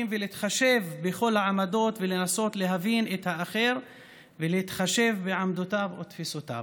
ולהתחשב בכל העמדות ולנסות להבין את האחר ולהתחשב בעמדותיו ותפיסותיו.